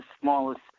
smallest